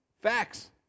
Facts